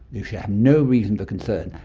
you should have no reason for concern.